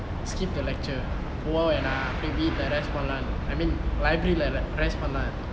skip the lecture போக வெண்டாம் அப்டெ வீட்ல:poga vendam apde veetle rest பன்லாம்:panlam I mean library leh rest பன்லாம்:panlam